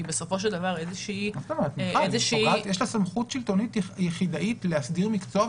יש לה סמכות שלטונית יחידאית להסדיר מקצוע,